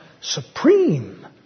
supreme